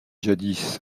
jadis